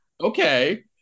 okay